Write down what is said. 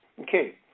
Okay